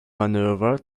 maneuver